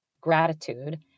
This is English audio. gratitude